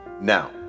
Now